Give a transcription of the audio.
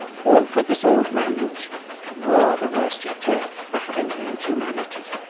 or for this old man's nor the worse teacher for having learnt humanity